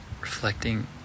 reflecting